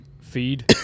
feed